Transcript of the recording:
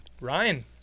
Ryan